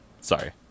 Sorry